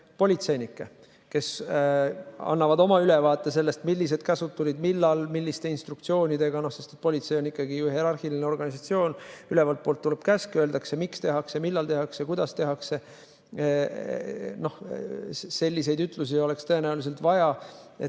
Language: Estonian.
politseinikke, kes annaksid oma ülevaate sellest, millised käsud millal tulid, milliste instruktsioonidega. Politsei on hierarhiline organisatsioon, ülevaltpoolt tuleb käsk, öeldakse, miks tehakse, millal tehakse, kuidas tehakse. Selliseid ütlusi oleks tõenäoliselt vaja, et